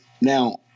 now